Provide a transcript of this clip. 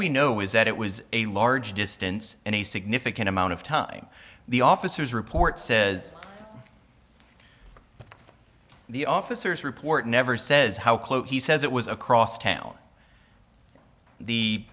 we know was that it was a large distance and a significant amount of time the officer's report says the officer's report never says how close he says it was across town the